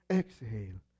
exhale